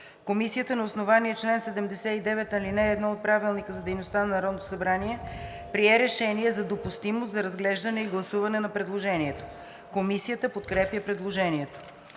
Комисията на основание чл. 79, ал. 1 от Правилника за организацията и дейността на Народното събрание прие решение за допустимост за разглеждане и гласуване на предложението. Комисията подкрепя предложението.